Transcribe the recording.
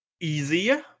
easier